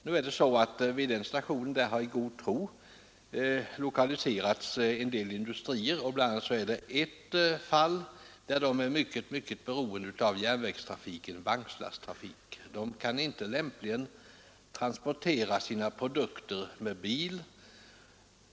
Till orten i fråga har en del industrier lokaliserats i god tro. Bland dem finns en som är mycket beroende av vagnslasttrafik med järnväg och inte lämpligen kan transportera sina produkter med bil.